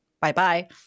bye-bye